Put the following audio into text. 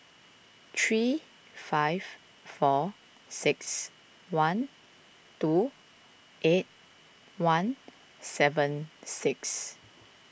three five four six one two eight one seven six